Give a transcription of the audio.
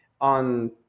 on